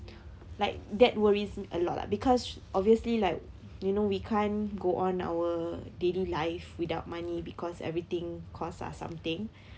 like that worries a lot lah because obviously like you know we can't go on our daily life without money because everything costs are something